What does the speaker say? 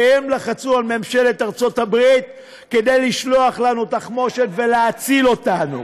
והם לחצו על ממשלת ארצות הברית לשלוח לנו תחמושת ולהציל אותנו.